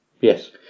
Yes